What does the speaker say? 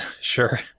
sure